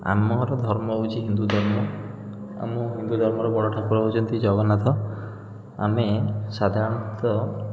ଆମର ତ ଧର୍ମ ହେଉଛି ହିନ୍ଦୁ ଧର୍ମ ଆମ ହିନ୍ଦୁ ଧର୍ମର ବଡ଼ ଠାକୁର ହେଉଛନ୍ତି ଜଗନ୍ନାଥ ଆମେ ସାଧାରଣତଃ